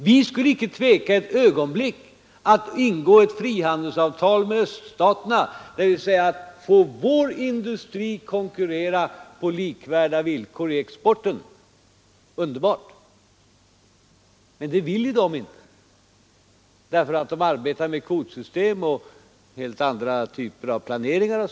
Vi skulle icke ett ögonblick tveka att ingå ett frihandelsavtal med öststaterna; finge vår industri konkurrera på lika villkor i fråga om export, vore det underbart. Men det vill de inte, eftersom de arbetar med kvotsystem och helt andra typer av planering.